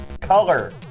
color